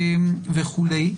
צהריים טובים לכולם,